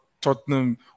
Tottenham